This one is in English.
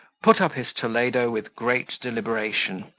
put up his toledo with great deliberation,